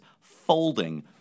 folding